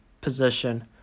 position